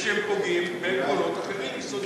והם פוגעים בעקרונות אחרים יסודיים.